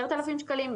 10,000 שקלים?